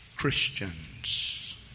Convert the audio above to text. Christians